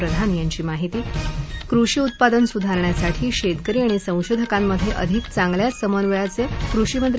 प्रधान यांची माहिती कृषी उत्पादन सुधारण्यासाठी शस्करी आणि संशोधकांमध अधिक चांगल्या समन्वयाचं कृषीमंत्री